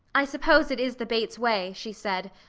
i suppose it is the bates way, she said,